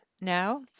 now